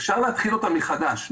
אפשר להתחיל אותה מחדש.